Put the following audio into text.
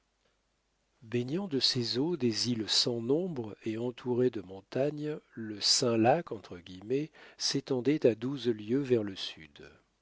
baignant de ses eaux des îles sans nombre et entouré de montagnes le saint lac s'étendait à douze lieues vers le sud